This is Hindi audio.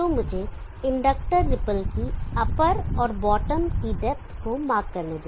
तो मुझे इंडक्टर रिपल की अपर और बॉटम की डेप्थ को मार्क करने दें